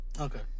Okay